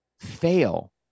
fail